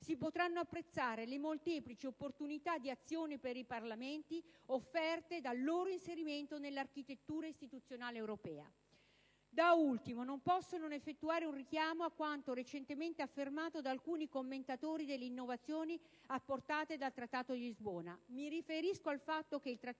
si potranno apprezzare le molteplici opportunità di azione per i Parlamenti offerte dal loro inserimento nell'architettura istituzionale europea. Non posso poi non fare un richiamo a quanto recentemente affermato da alcuni commentatori circa le innovazioni apportate dal Trattato di Lisbona. Mi riferisco al fatto che il Trattato